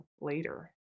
later